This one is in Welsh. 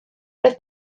roedd